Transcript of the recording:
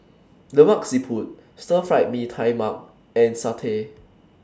Lemak Siput Stir Fry Mee Tai Mak and Satay